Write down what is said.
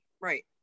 right